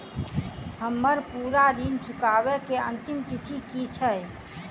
हम्मर पूरा ऋण चुकाबै केँ अंतिम तिथि की छै?